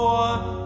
one